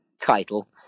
title